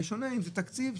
בשונה מתקציב,